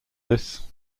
this